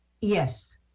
Yes